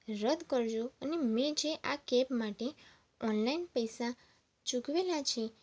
રદ કરજો અને મેં જે આ કેબ માટે ઓનલાઇન પૈસા ચૂકવેલા છે